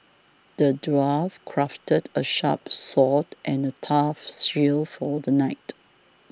the dwarf crafted a sharp sword and a tough shield for the knight